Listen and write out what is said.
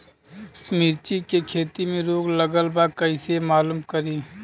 मिर्ची के खेती में रोग लगल बा कईसे मालूम करि?